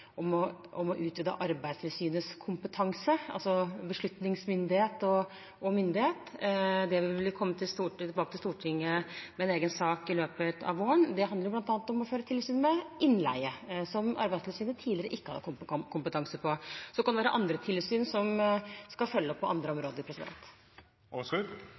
om å utvide Arbeidstilsynets kompetanse, altså beslutningsmyndighet og myndighet. Om det vil vi komme tilbake til Stortinget med en egen sak i løpet av våren. Det handler bl.a. om å føre tilsyn med innleie, som Arbeidstilsynet tidligere ikke har hatt kompetanse på, og så kan det være andre tilsyn som skal følge opp på andre